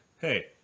Hey